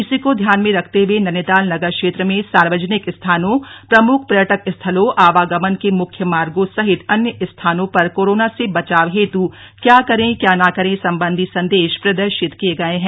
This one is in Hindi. इसी को ध्यान मे रखते हये नैनीताल नगर क्षेत्र में सार्वजनिक स्थानों प्रमुख पर्यटक स्थलों आवागमन के मुख्य मार्गो सहित अन्य स्थानों पर कोरोना से बचाव हेतु क्या करे क्या ना करें सम्बन्धी संदेश प्रदर्शित किए गये है